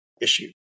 issue